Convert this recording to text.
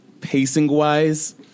pacing-wise